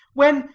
when,